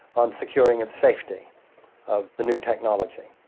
on securing of safety of the new technology.